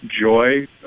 joy